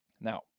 Now